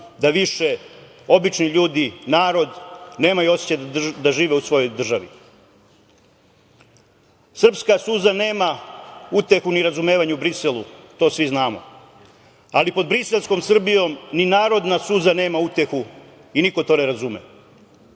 da više obični ljudi, narod, nemaju osećaj da žive u svojoj državi. Srpska suza nema utehu ni razumevanje o Briselu, to svi znamo, ali pod Briselskom Srbijom ni narodna suza nema utehu i niko to ne razume. Zato